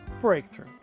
breakthrough